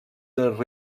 dels